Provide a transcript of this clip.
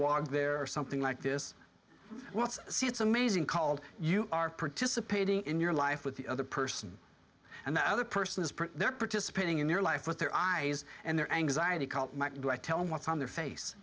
walk there or something like this let's see it's amazing called you are participating in your life with the other person and the other person is pretty they're participating in your life with their eyes and their anxiety called do i tell them what's on their face